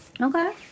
Okay